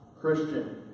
Christian